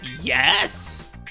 yes